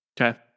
Okay